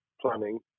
planning